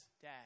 dad